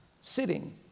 sitting